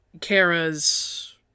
Kara's